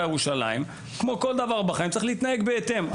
ירושלים וכמו כל דבר אחר בחיים צריך להתנהג בהתאם.